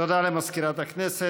תודה למזכירת הכנסת.